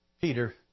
Peter